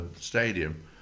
stadium